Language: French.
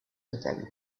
potable